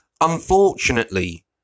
unfortunately